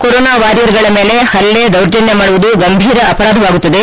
corona ವಾರಿಯರ್ಗಳ ಮೇಲೆ ಪಲ್ಲೆ ದೌರ್ಜನ್ನ ಮಾಡುವುದು ಗಂಭೀರ ಅಪರಾಧವಾಗುತ್ತದೆ